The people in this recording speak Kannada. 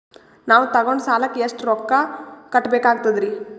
ನಾವು ತೊಗೊಂಡ ಸಾಲಕ್ಕ ಎಷ್ಟು ರೊಕ್ಕ ಕಟ್ಟಬೇಕಾಗ್ತದ್ರೀ?